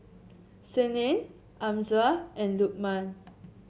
Senin Amsyar and Lukman